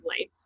life